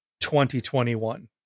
2021